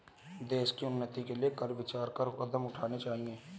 देश की उन्नति के लिए कर विचार कर कदम उठाने चाहिए